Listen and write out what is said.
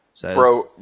Bro